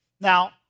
Now